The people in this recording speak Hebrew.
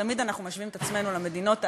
תמיד אנחנו משווים את עצמנו למדינות האלה,